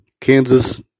Kansas